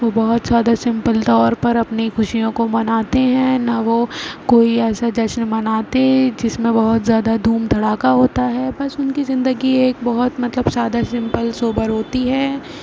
وہ بہت زیادہ سمپل طور پر اپنی خوشیوں کو مناتے ہیں نہ وہ کوئی ایسا جشن مناتے ہیں جس میں بہت زیادہ دھوم دھڑاکا ہوتا ہے بس ان کی زندگی ایک بہت مطلب سادہ سمپل سوبر ہوتی ہے